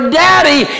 daddy